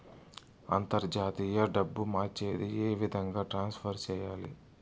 అంతర్జాతీయ డబ్బు మార్చేది? ఏ విధంగా ట్రాన్స్ఫర్ సేయాలి?